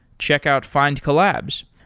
check out findcollabs.